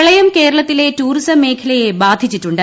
പ്രളയം കേരളത്തിലെ ടൂറിസം മേഖലയെ ബാധിച്ചിട്ടുണ്ട്